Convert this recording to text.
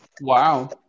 Wow